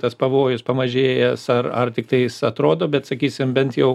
tas pavojus pamažėjęs ar ar tiktais atrodo bet sakysim bent jau